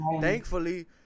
thankfully